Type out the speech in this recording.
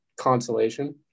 consolation